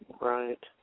Right